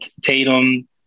Tatum